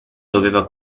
doveva